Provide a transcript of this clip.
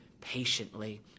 patiently